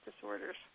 disorders